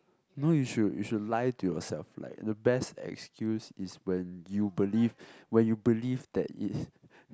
no you should you should lie to yourself like the best excuse is when you believe when you believe that it's